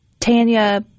Tanya